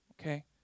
Okay